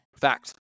Facts